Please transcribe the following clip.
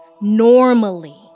Normally